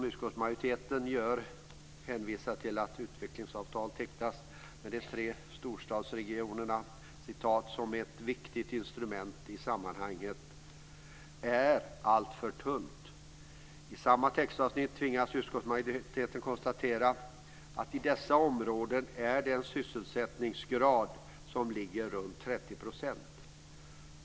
Utskottsmajoriteten hänvisar till att utvecklingsavtal tecknas för de tre storstadsregionerna som ett viktigt instrument i sammanhanget, som man säger. Det är alltför tunt. I samma textavsnitt tvingas utskottsmajoriteten konstatera att det i dessa områden är en sysselsättningsgrad som ligger runt 30 %.